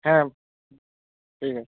হ্যাঁ ঠিক আছে